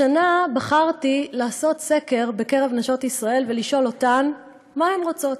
השנה בחרתי לעשות סקר בקרב נשות ישראל ולשאול אותן מה הן רוצות.